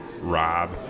Rob